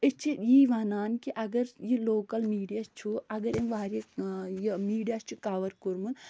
أسۍ چھِ یی وَنان کہِ اگر یہِ لوکَل میٖڈِیا چھُ اگر أمۍ واریاہ میٖڈِیا چھِ کَوَر کوٚرمُت